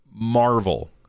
Marvel